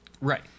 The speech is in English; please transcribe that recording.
Right